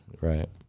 Right